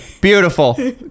beautiful